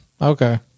Okay